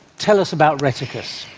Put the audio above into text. tell us about rheticus.